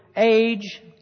Age